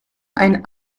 ein